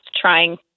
trying